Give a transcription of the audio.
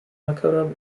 lakota